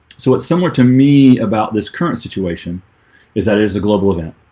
so it's similar to me about this current situation is that it is a global event